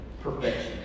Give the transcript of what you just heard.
perfection